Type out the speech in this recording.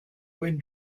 when